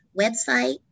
website